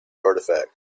artifacts